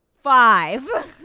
Five